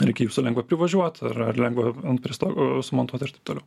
ar iki jūsų lengva privažiuot ar ar lengva ant prie stogo sumontuot ir taip toliau